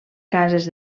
cases